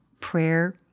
prayer